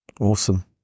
Awesome